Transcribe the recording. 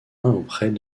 auprès